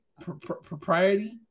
propriety